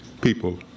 people